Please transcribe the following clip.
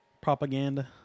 Propaganda